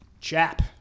Chap